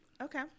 Okay